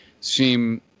seem